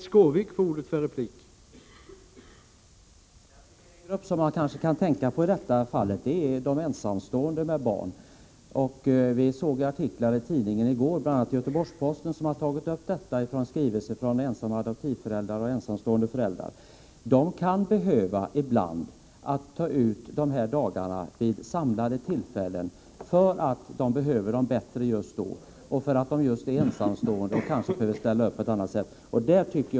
Herr talman! Den grupp man kanske skulle tänka på i det här fallet är de ensamstående med barn. Vi såg ju artiklar i tidningarna i går — bl.a. i Göteborgs-Posten — som tog upp skrivelser från ensamstående föräldrar och adoptivföräldrar. De kan ibland vilja ta ut de här dagarna vid samlade tillfällen därför att de behöver dem bättre just då. Eftersom de är ensamstående måste de kanske ställa upp på ett annat sätt.